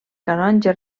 canonge